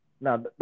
Now